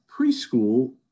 preschool